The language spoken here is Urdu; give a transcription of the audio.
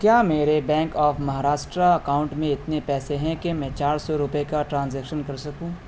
کیا میرے بینک آف مہاراشٹر اکاؤنٹ میں اتنے پیسے ہیں کہ میں چار سو روپئے کا ٹرانزیکشن کر سکوں